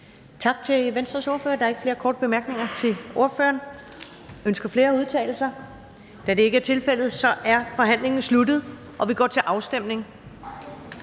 Tak til ordføreren. Der er ikke nogen korte bemærkninger. Er der flere, som ønsker at udtale sig? Da det ikke er tilfældet, er forhandlingen sluttet, og vi går til afstemning.